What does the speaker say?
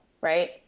right